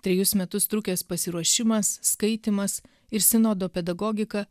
trejus metus trukęs pasiruošimas skaitymas ir sinodo pedagogika